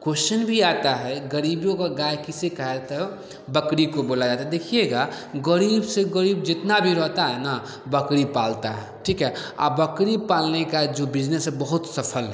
question भी आता है गरीबों का गाय किसे कहा कहो बकरी को बोला जाता है देखिएगा गरीब से गरीब जितना भी रहता है ना बकरी पालता है ठीक है और बकरी पालने का जो बिजनेस है बहुत सफल है